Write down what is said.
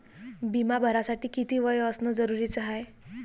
बिमा भरासाठी किती वय असनं जरुरीच हाय?